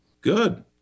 Good